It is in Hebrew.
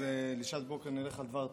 אז לשעת בוקר נלך לדבר תורה,